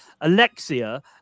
Alexia